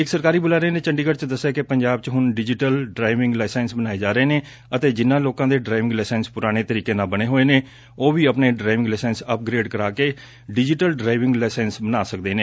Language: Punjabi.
ਇਕ ਸਰਕਾਰੀ ਬੁਲਾਰੇ ਨੇ ਚੰਡੀਗੜ੍ ਚ ਦਸਿਆ ਕਿ ਪੰਜਾਬ ਚ ਹੁਣ ਡਿਜੀਟਲ ਡਰਾਈਵਿੰਗ ਲਾਇਸੈਂਸ ਬਣਾਏ ਜਾ ਰਹੇ ਨੇ ਅਤੇ ਜਿਨ੍ਹਾਂ ਲੋਕਾਂ ਦੇ ਡਰਾਈਵਿੰਗ ਲਾਇਸੈਂਸ ਪੁਰਾਣੇ ਤਰੀਕੇ ਨਾਲ ਬਣੇ ਹੋਏ ਨੇ ਉਹ ਵੀ ਆਪਣੇ ਡਰਾਈਵਿੰਗ ਲਾਇਸੈਂਸ ਅਪਗੇਡ ਕਰਾ ਕੇ ਡਿਜੀਟਲ ਡਰਾਈਵਿੰਗ ਲਾਇਸੈਂਸ ਬਣਾ ਸਕਦੇ ਨੇ